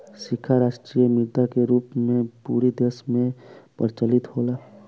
सिक्का राष्ट्रीय मुद्रा के रूप में पूरा देश में प्रचलित होला